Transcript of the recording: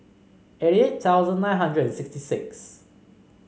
eighty eight thousand nine hundred and sixty six